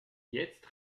jetzt